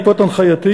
בעקבות הנחייתי,